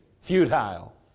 futile